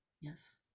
Yes